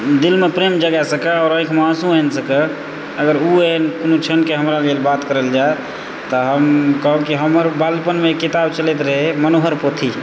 दिलमे प्रेम जगा सकै आओर आँखिमे आँसू आनि सकै अगर ओ एहन बात कयल जाय तऽ हम कहब कि हमर बालपनमे किताब छलै मनोहर पोथी